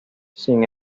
sin